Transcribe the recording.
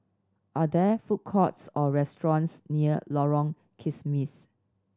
are there food courts or restaurants near Lorong Kismis